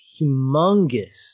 humongous